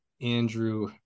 Andrew